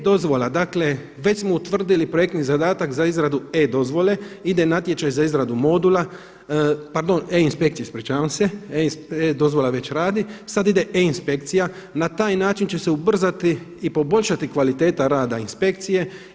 E-dozvola, dakle već smo utvrdili projektni zadatak za izradu e-dozvole, ide natječaj za izradu modula, pardon e-inspekcije ispričavam se, e-dozvola već radi, sada ide e-inspekcija, na taj način će se ubrzati i poboljšati kvaliteta rada inspekcije.